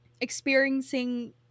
experiencing